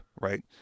right